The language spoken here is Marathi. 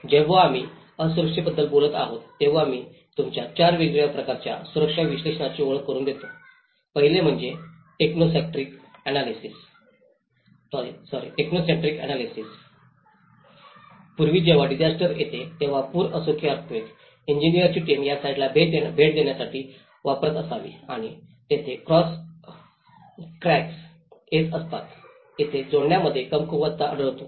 जेव्हा आम्ही असुरक्षिततेबद्दल बोलत आहोत तेव्हा मी तुम्हाला चार वेगवेगळ्या प्रकारच्या असुरक्षा विश्लेषणाची ओळख करून देतो पहिले म्हणजे टेक्नो सेण्ट्रिक आणलयसिस पूर्वी जेव्हा डिसास्टर येते तेव्हा पूर असो की अर्थक्वेक इंजिनिअरची टीम या साइटला भेट देण्यासाठी वापरत असती आणि तेथे कोठे क्रॅक्स येत असतात तेथे जोडण्यामध्ये कमकुवतपणा आढळतो